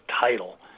title